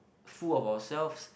full of ourselves